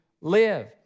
live